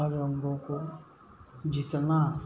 हर अंगों को जितना